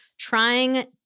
trying